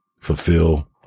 fulfill